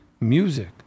music